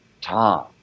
Tom